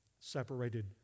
separated